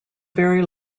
very